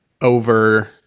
over